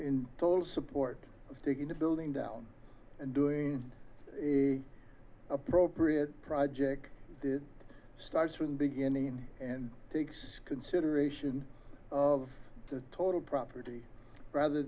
in total support of taking the building down and doing a appropriate project did it starts with the beginning and takes consideration of the total property rather